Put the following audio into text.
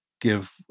give